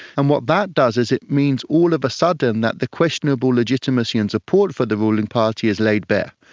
and what that does is it means all of a sudden that the questionable legitimacy and support for the ruling party is laid bare.